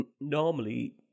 normally